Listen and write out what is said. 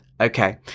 Okay